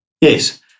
Yes